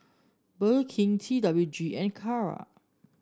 Burger King T W G and Kara